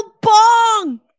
Bong